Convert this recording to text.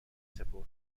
سپرد